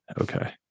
Okay